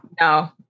no